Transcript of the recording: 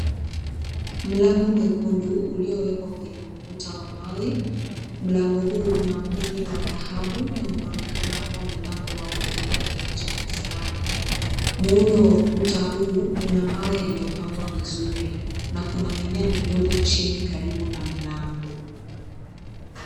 Mlango mwekundu uliowekwa kwenye ukuta wa mawe, mlango huu unampini wa dhahabu na unaonekana kua mlango wa kuingilioa kwenye jengo fulani. Muundo wa ukuta huu unamawe yaliyopangwa vizuri na kuna mimea midogo chini karibu na mlango.